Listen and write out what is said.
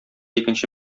икенче